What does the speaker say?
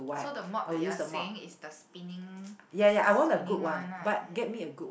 so the mop that you are saying is the spinning the spinning one ah